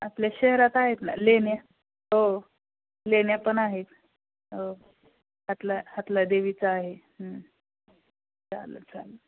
आपल्या शहरात आहेत ना लेण्या हो लेण्या पण आहेत हो हातला हातला देवीचं आहे चालेल चालेल